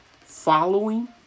following